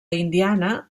indiana